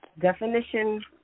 definition